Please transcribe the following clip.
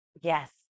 yes